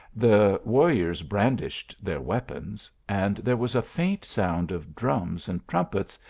the warriors bran dished their weapons, and there was a faint sound of drums and trumpets,